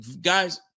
Guys